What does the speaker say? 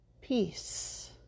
peace